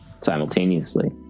simultaneously